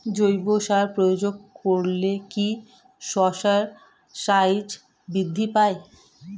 জৈব সার প্রয়োগ করলে কি শশার সাইজ বৃদ্ধি পায়?